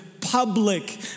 public